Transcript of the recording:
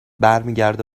برمیگرده